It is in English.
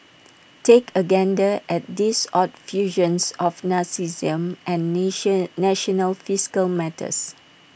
take A gander at these odd fusions of narcissism and nation national fiscal matters